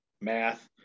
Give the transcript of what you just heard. math